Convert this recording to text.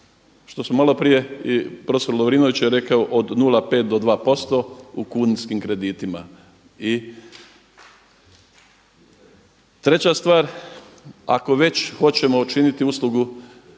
što smo malo prije i profesor Lovrinović je rekao od 0,5 do 2% u kunskim kreditima. I treća stvar, ako već hoćemo učiniti uslugu